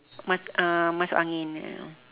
mus~ uh masuk angin ya